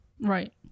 Right